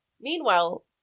meanwhile